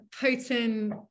potent